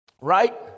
Right